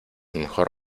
mejor